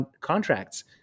contracts